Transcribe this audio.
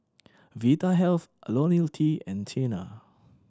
Vitahealth Ionil T and Tena